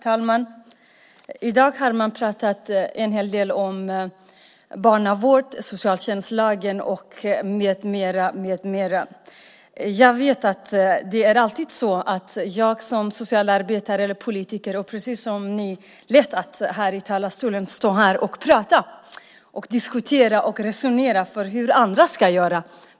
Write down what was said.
Herr talman! I dag har man pratat en hel del om barnavård, socialtjänstlagen med mera. För mig som socialarbetare eller politiker är det, precis som för er andra, lätt att stå här i talarstolen och prata, diskutera och resonera om hur andra ska göra.